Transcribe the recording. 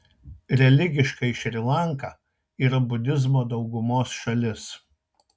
religiškai šri lanka yra budizmo daugumos šalis